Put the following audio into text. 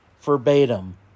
Verbatim